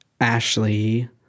Ashley